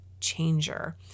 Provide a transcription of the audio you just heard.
changer